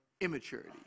immaturity